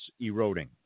eroding